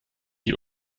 die